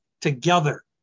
together